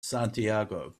santiago